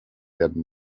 werden